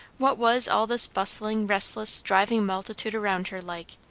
what was all this bustling, restless, driving multitude around her like,